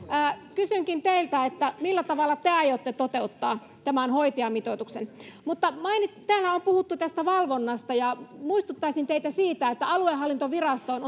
kysynkin teiltä millä tavalla te aiotte toteuttaa tämän hoitajamitoituksen mutta täällä on puhuttu tästä valvonnasta ja muistuttaisin teitä siitä että aluehallintovirastoon